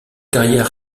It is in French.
carrière